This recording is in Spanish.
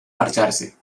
marcharse